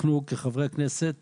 אנחנו כחברי כנסת